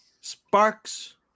sparks